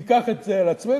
ניקח את זה על עצמנו,